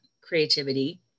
creativity